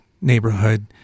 neighborhood